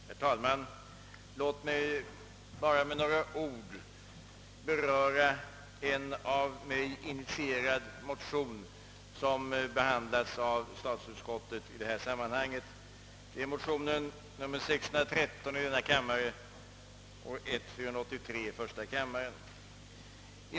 Herr talman! Låt mig med några ord beröra en av mig initierad motion som behandlats av statsutskottet i det här sammanhanget, nämligen motionen nr 613 i denna kammare; motsvarande motion i första kammaren har nr 483.